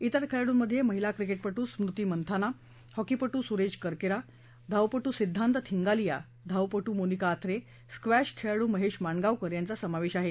अन्य खेळाडूंमध्ये महिला क्रिकेशित ्रिस्मृती मंनधाना हॉकीप ्रिसुरज करकेरा धावपाू सिद्धांत थिंगालिया धावपाू मोनिका आथरे स्क्वॅश खेळाडू महेश माणगावकर यांचा समावेश आहे